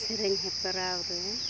ᱥᱮᱨᱮᱧ ᱦᱮᱯᱨᱟᱣ ᱨᱮ